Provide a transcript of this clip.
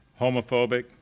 homophobic